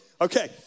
Okay